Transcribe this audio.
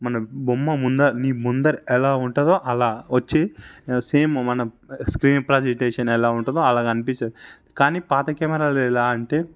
మనం బొమ్మ నీ ముందర ఎలా ఉంటుందో అలా వచ్చి సేమ్ మన స్క్రీన్ ప్రెజెంటేషన్ ఎలా ఉంటుందో అలా కనిపిస్తది కానీ పాత కెమెరాలు ఎలా అంటే